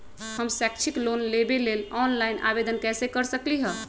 हम शैक्षिक लोन लेबे लेल ऑनलाइन आवेदन कैसे कर सकली ह?